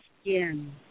skin